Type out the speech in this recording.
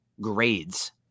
grades